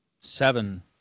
Seven